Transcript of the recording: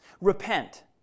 Repent